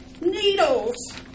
Needles